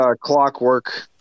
clockwork